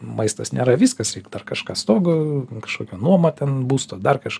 maistas nėra viskas reik dar kažką stogu kažkokią nuomą ten būsto dar kaž